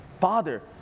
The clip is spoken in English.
Father